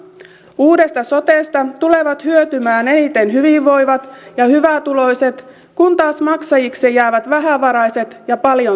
uudesta sotesta tulevat hyötymään eniten hyvinvoivat ja hyvätuloiset kun taas maksajiksi jäävät vähävaraiset ja paljon sairastavat